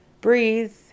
breathe